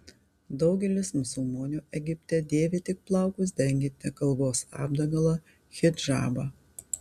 daugelis musulmonių egipte dėvi tik plaukus dengiantį galvos apdangalą hidžabą